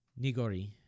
nigori